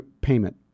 payment